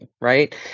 right